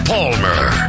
Palmer